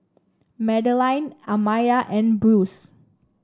Madaline Amaya and Bruce